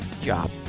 job